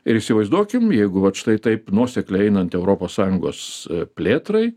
ir įsivaizduokim jeigu vat štai taip nuosekliai einant europos sąjungos plėtrai